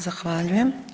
Zahvaljujem.